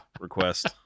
request